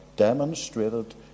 Demonstrated